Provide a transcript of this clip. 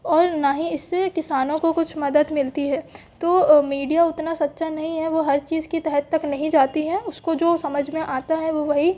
और ना ही इससे किसानों को कुछ मदद मिलती है तो मीडिया उतनी सच्ची नहीं है वो हर चीज़ की तह तक नहीं जाती हैं उसको जो समझ में आता है वो वही